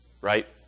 right